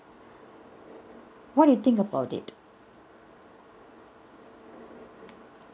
what do you think about it